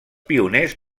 pioners